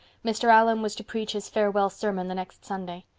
mr. allan was to preach his farewell sermon the next sunday.